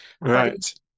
right